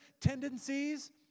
tendencies